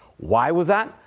why was that?